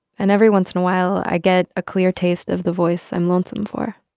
and every once in a while, i get a clear taste of the voice i'm lonesome for